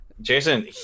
Jason